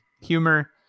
humor